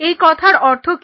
এই কথার অর্থ কি